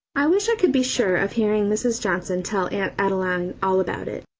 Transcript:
i wish i could be sure of hearing mrs. johnson tell aunt adeline all about it.